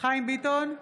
חיים ביטון,